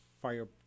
fire